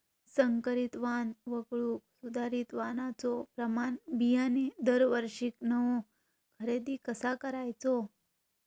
संकरित वाण वगळुक सुधारित वाणाचो प्रमाण बियाणे दरवर्षीक नवो खरेदी कसा करायचो?